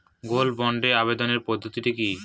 Gold বন্ডে আবেদনের পদ্ধতিটি কি?